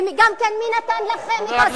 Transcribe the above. וגם מי נתן לכם את הזכות,